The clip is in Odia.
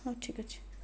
ହଁ ଠିକ ଅଛି